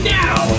now